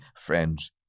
Friends